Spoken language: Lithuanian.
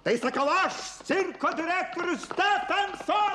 tai sakau aš cirko direktorius tetansonas